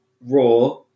raw